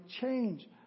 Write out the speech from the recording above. change